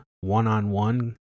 one-on-one